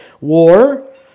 war